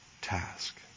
task